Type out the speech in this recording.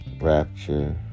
Rapture